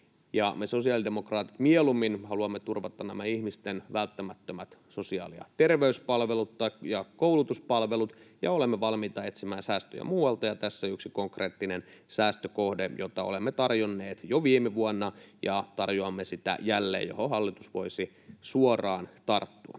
Me sosiaalidemokraatit mieluummin haluamme turvata nämä ihmisten välttämättömät sosiaali- ja terveyspalvelut ja koulutuspalvelut ja olemme valmiita etsimään säästöjä muualta, ja tässä on yksi konkreettinen säästökohde, jota olemme tarjonneet jo viime vuonna, ja tarjoamme sitä jälleen, ja hallitus voisi siihen suoraan tarttua.